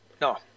No